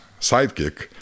sidekick